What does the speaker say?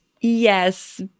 Yes